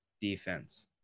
defense